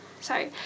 sorry